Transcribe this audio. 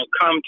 come